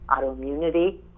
autoimmunity